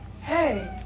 hey